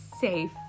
safe